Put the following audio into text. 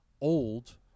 old